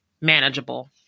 manageable